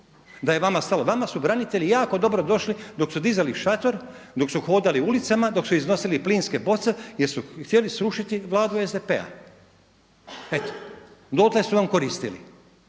Da je vama stalo. Vama su branitelji jako dobro došli dok su dizali šator, dok su hodali ulicama, dok su iznosili plinske boce jer su htjeli srušiti Vladu SDP-a. Dotle su vam koristili.